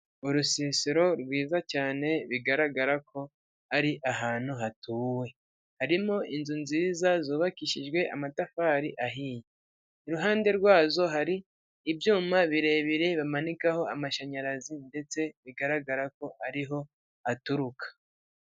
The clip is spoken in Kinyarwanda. Urusisiro rwiza cyane bigaragara ko ari ahantu hatuwe harimo inzu nziza zubakishijwe amatafari ahiye, iruhande rwazo hari ibyuma birebire bamanikaho amashanyarazi ndetse bigaragara ko ariho aturuka.